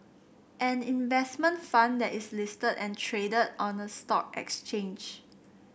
an investment fund that is listed and traded on a stock exchange